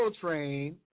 Train